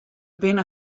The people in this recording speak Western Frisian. binne